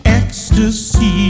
ecstasy